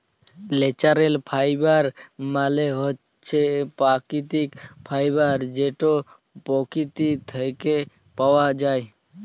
ল্যাচারেল ফাইবার মালে হছে পাকিতিক ফাইবার যেট পকিতি থ্যাইকে পাউয়া যায়